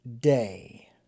day